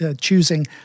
choosing